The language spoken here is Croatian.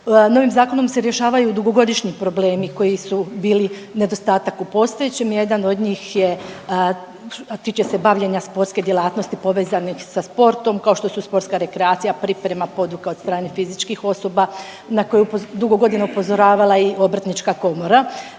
Novim zakonom se rješavaju dugogodišnji problemi koji su bili nedostatak u postojećem, jedan od njih je, a tiče se bavljenja sportske djelatnosti povezanih sa sportom kao što su sportska rekreacija, priprema, poduka od strane fizičkih osoba, na koju je dugo godina upozoravala i obrtnička komora.